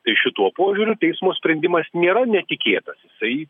tai šituo požiūriu teismo sprendimas nėra netikėtas jisai